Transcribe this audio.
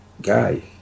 guy